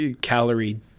calorie-